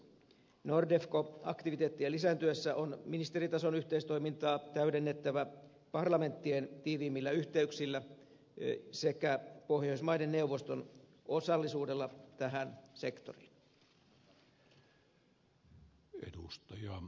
nordefco aktiviteettien lisääntyessä on ministeritason yhteistoimintaa täydennettävä parlamenttien tiiviimmillä yhteyksillä sekä pohjoismaiden neuvoston osallisuudella tähän sektoriin